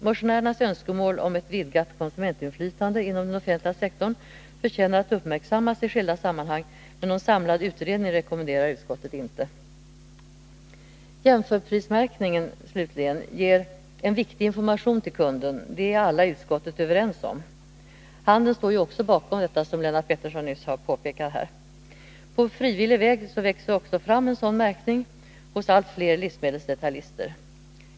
Motionärernas Nr 54 önskemål om ett vidgat konsumentinflytande inom den offentliga sektorn förtjänar att uppmärksammas i skilda sammanhang, men någon samlad utredning rekommenderar utskottet inte. Jämförprismärkningen slutligen ger en viktig information till kunden, det är alla i utskottet överens om. Handeln står ju också bakom detta, som Lennart Pettersson nyss har påpekat. På frivillig väg växer också en sådan märkning fram hos allt fler livsmedelsdetaljister.